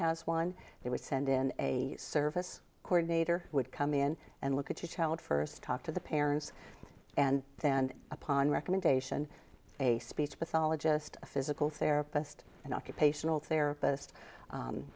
has one they would send in a service corps dater would come in and look at your child first talk to the parents and then upon recommendation a speech pathologist a physical therapist an occupational therapist